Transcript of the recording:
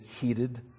heated